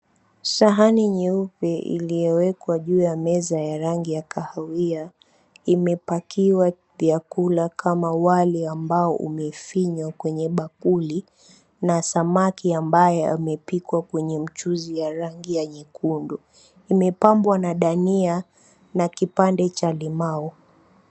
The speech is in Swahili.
Sahani nyeupe iliyowekwa juu ya meza ya rangi ya kahawia, imepakiwa vyakula kama wali ambao umefinywa kwenye bakuli, na samaki ambaye amepikwa kwenye mchuzi ya rangi ya nyekundu. Imepambwa na dania, na kipande cha limau.